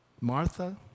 Martha